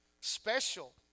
special